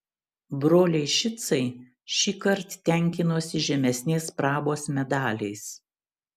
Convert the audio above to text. broliai šicai šįkart tenkinosi žemesnės prabos medaliais